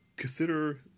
Consider